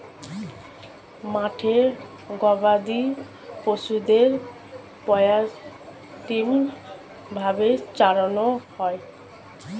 মাঠে গবাদি পশুদের পর্যায়ক্রমিক ভাবে চরানো হয়